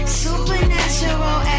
supernatural